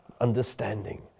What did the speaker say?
understanding